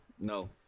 No